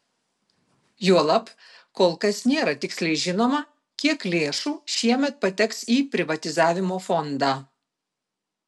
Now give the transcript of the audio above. juolab kol kas nėra tiksliai žinoma kiek lėšų šiemet pateks į privatizavimo fondą